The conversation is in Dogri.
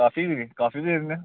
कऑफी कॉफी बी दिन्ने आं